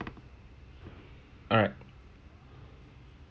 alright